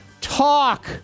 talk